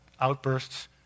Outbursts